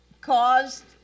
caused